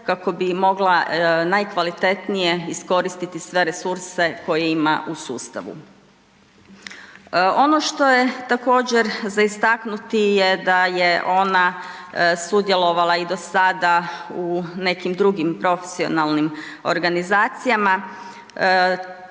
kako bi mogla najkvalitetnije iskoristiti sve resurse koje ima u sustavu. Ono što je također za istaknuti je da je ona sudjelovala i do sada u nekim drugim profesionalnim organizacijama,